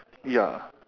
ya